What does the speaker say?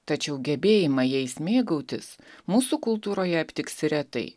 tačiau gebėjimą jais mėgautis mūsų kultūroje aptiksi retai